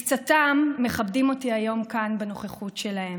מקצתם מכבדים אותי היום כאן בנוכחותם,